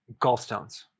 gallstones